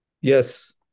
Yes